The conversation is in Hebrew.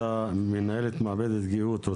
מנהלת מעבדת גיהות,